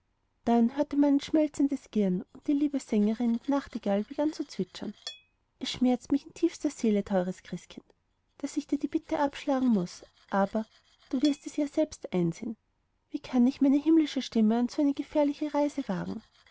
dann hörte man ein schmelzendes girren und die liebe sängerin die nachtigall begann zu zwitschern es schmerzt mich in tiefster seele teures christkind daß ich dir die bitte abschlagen muß aber du wirst dies ja selbst einsehen wie kann ich meine himmlische stimme an eine so gefährliche reise wagen